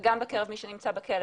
וגם בקרב מי שנמצא בכלא.